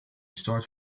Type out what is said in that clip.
start